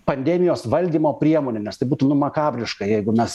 pandemijos valdymo priemonė nes tai būtų nu makabriška jeigu mes